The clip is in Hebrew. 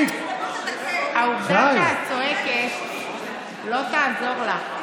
העובדה שאת צועקת לא תעזור לך.